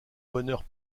bonheurs